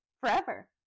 forever